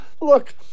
Look